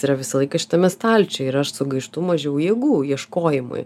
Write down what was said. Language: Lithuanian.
yra visą laiką šitame stalčiuj ir aš sugaištų mažiau jėgų ieškojimui